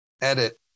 edit